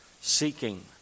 seeking